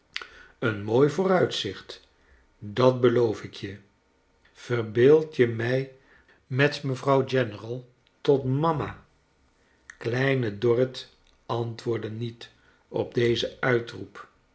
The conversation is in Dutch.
een mooi vooruitzicht dat beloof ik je verbeeld je m ij met mevrouw general tot mama i kleine dorrit antwoordde niet op dezen uitroep